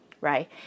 right